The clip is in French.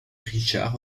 richard